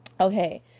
Okay